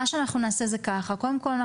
מה שאנחנו נעשה זה ככה-קודם כל,